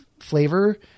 flavor